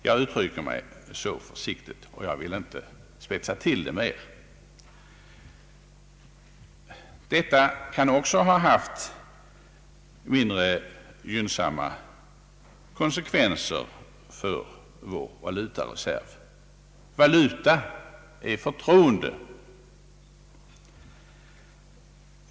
Jag uttrycker mig så försiktigt; jag vill inte spetsa till yttrandet mer. Detta kan också ha haft mindre gynnsamma konsekvenser för vår valutareserv. Valuta är förtroende.